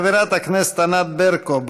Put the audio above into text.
חברת הכנסת ענת ברקו,